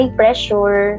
pressure